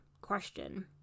question